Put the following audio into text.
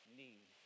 need